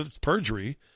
perjury